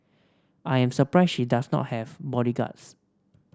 I am surprised she does not have bodyguards